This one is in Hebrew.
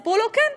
סיפרו לו: כן,